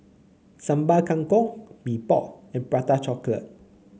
Sambal Kangkong Mee Pok and Prata Chocolate